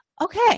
Okay